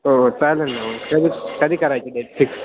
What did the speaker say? हो हो चालेल ना हो कधी कधी करायची डेट फिक्स